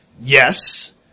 yes